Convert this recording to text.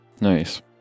Nice